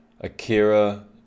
Akira